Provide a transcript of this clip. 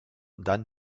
dan